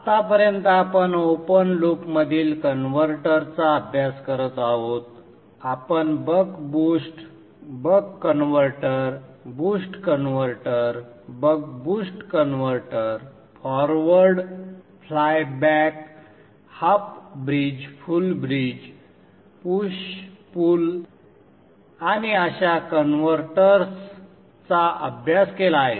आत्तापर्यंत आपण ओपन लूपमधील कन्व्हर्टर्सचा अभ्यास करत आहोत आपण buck boost buck converter boost converter buck boost converter forward flyback half bridge full bridge push pull आणि अशा कन्व्हर्टर्सचा अभ्यास केला आहे